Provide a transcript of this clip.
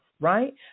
Right